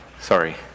Sorry